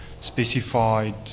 specified